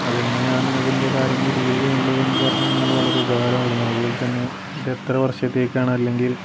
അതെങ്ങനെയാണ് അതിൻ്റെ കാര്യങ്ങൾ ഡീല് ചെയ്യേണ്ടതെന്ന് പറഞ്ഞു തന്നാൽ വളരെ ഉപകാരമായിരുന്നു അതുപോലെത്തന്നെ ഇതെത്ര വർഷത്തേക്കാണ് അല്ലെങ്കിൽ